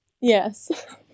Yes